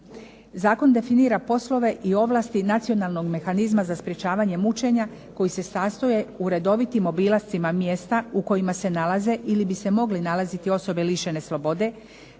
Zakon definira poslove i ovlasti nacionalnog mehanizma za sprječavanje mučenja, koji se sastoje u redovitim obilascima mjesta u kojima se nalaze ili bi se mogle nalaziti osobe lišene slobode,